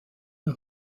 der